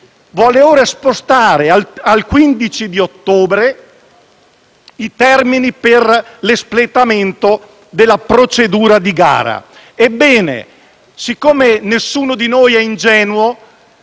vuole ora spostare al 15 ottobre i termini per l'espletamento della procedura di gara. Ebbene, siccome nessuno di noi è ingenuo,